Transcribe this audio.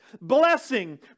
blessing